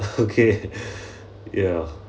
okay ya